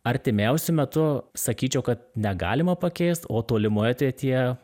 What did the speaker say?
artimiausiu metu sakyčiau kad negalima pakeist o tolimoje ateityje